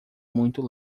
muito